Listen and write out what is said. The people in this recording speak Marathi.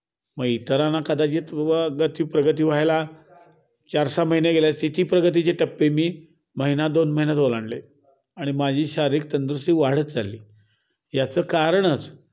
मग इतरांना कदाचित व गती प्रगती व्हायला चार सहा महिने गेले आहेत तितकी प्रगतीचे टप्पे मी महिना दोन महिन्यात ओलांडले आणि माझी शारीरिक तंदुरुस्ती वाढत चालली याचं कारणच